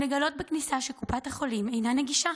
בין שלגלות בכניסה שקופת החולים אינה נגישה